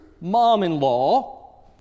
mom-in-law